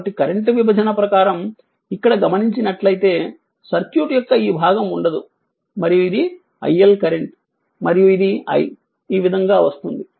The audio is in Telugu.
కాబట్టి కరెంట్ విభజన ప్రకారం ఇక్కడ గమనించినట్లైతే సర్క్యూట్ యొక్క ఈ భాగం ఉండదు మరియు ఇది iL కరెంట్ మరియు ఇది i ఈ విధంగా వస్తుంది